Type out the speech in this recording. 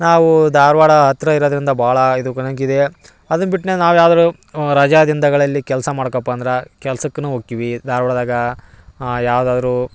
ನಾವು ಧಾರ್ವಾಡ ಹತ್ರ ಇರೋದರಿಂದ ಭಾಳ ಇದು ಅದನ್ನ ಬಿಟ್ಟು ನಾವು ಯಾವ್ದಾರು ರಜ ದಿನಗಳಲ್ಲಿ ಕೆಲಸ ಮಾಡ್ಕಪ್ಪ ಅಂದ್ರೆ ಕೆಲ್ಸಕ್ಕನು ಹೋಕ್ಕಿವಿ ಧಾರ್ವಾಡ್ದಾಗ ಯಾವ್ದಾದರು